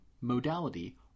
modality